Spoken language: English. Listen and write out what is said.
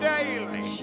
Daily